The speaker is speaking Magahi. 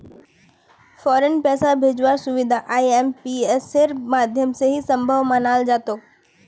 फौरन पैसा भेजवार सुबिधा आईएमपीएसेर माध्यम से ही सम्भब मनाल जातोक